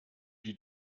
die